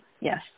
Yes